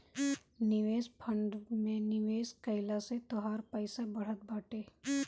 निवेश फंड में निवेश कइला से तोहार पईसा बढ़त बाटे